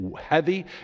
heavy